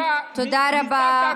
תודה רבה.